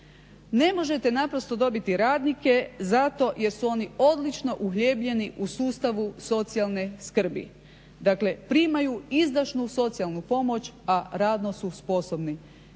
Ne možete naprosto dobiti radnike zato što su oni odlično uhljebljeni u sustavu socijalne skrbi, dakle primaju izdašnu socijalnu pomoć, a radno su sposobni.